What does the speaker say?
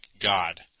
God